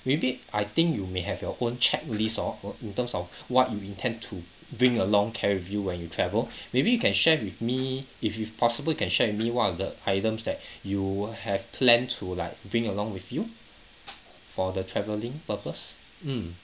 maybe I think you may have your own checklist orh uh in terms of what you intend to bring along carry with you when you travel maybe you can share with me if you possibly can share with me what are the items that you have planned to like bring along with you for the travelling purpose mm